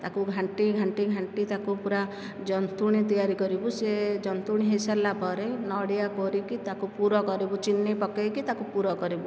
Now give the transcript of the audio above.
ତାକୁ ଘାଣ୍ଟି ଘାଣ୍ଟି ଘାଣ୍ଟି ତାକୁ ପୁରା ଜନ୍ତଣି ତିଆରି କରିବୁ ସେ ଜନ୍ତଣି ହୋଇ ସରିଲା ପରେ ନଡ଼ିଆ କୋରିକି ତାକୁ ପୁର କରିବୁ ଚିନି ପକାଇକି ତାକୁ ପୁର କରିବୁ